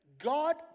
God